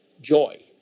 joy